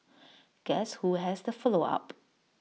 guess who has to follow up